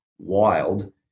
Wild